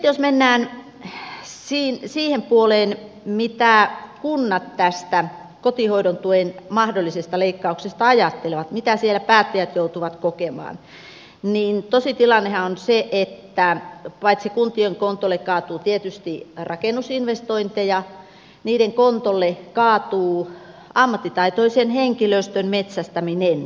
jos mennään siihen puoleen mitä kunnat tästä kotihoidon tuen mahdollisesta leikkauksesta ajattelevat ja mitä siellä päättäjät joutuvat kokemaan niin tositilannehan on se että paitsi että kuntien kontolle tietysti kaatuu rakennusinvestointeja niiden kontolle kaatuu myös ammattitaitoisen henkilöstön metsästäminen